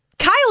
Kyle